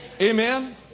Amen